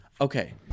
Okay